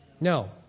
No